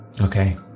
Okay